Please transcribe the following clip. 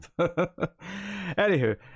anywho